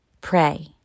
Pray